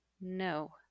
no